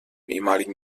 ehemaligen